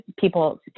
people